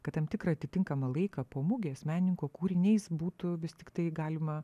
kad tam tikrą atitinkamą laiką po mugės menininkų kūriniais būtų vis tiktai galima